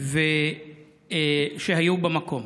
שהייתה במקום.